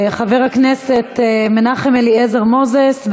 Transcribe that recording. חבר הכנסת מנחם אליעזר מוזס,